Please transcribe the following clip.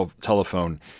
telephone